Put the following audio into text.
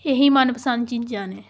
ਇਹ ਹੀ ਮਨਪਸੰਦ ਚੀਜ਼ਾ ਨੇ